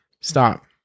stop